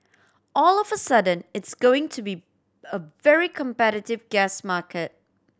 all of a sudden it's going to be a very competitive gas market